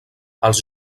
els